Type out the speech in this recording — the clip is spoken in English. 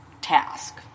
task